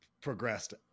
progressed